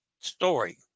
story